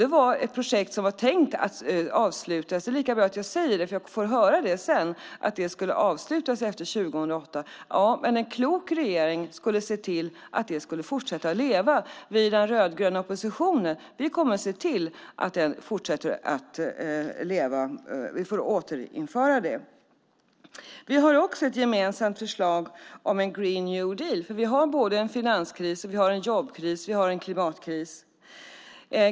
Det var ett projekt som var tänkt att avslutas efter 2008; det är lika bra att jag säger det, för jag får ändå höra det sedan. Men en klok regering skulle se till att det fortsatte att leva. Vi i den rödgröna oppositionen kommer att se till att återinföra det. Vi har också ett gemensamt förslag om Green New Deal. Vi har en finanskris, en jobbkris och en klimatkris.